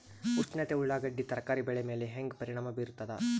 ಉಷ್ಣತೆ ಉಳ್ಳಾಗಡ್ಡಿ ತರಕಾರಿ ಬೆಳೆ ಮೇಲೆ ಹೇಂಗ ಪರಿಣಾಮ ಬೀರತದ?